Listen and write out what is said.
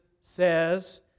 says